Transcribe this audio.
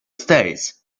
states